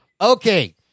Okay